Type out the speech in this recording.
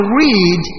read